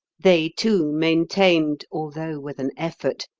they, too, maintained, although with an effort,